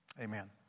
Amen